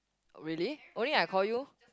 really only I call you